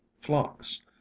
flocks